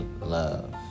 love